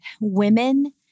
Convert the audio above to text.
women